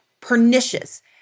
pernicious